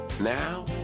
Now